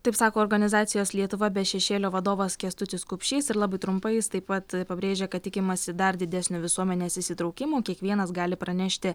taip sako organizacijos lietuva be šešėlio vadovas kęstutis kupšys ir labai trumpai jis taip pat pabrėžė kad tikimasi dar didesnio visuomenės įsitraukimo kiekvienas gali pranešti